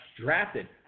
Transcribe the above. drafted